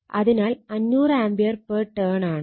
അതിനാൽ 500 ampere per turn ആണ്